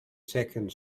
second